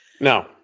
No